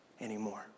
anymore